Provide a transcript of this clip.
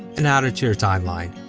and add it to your timeline.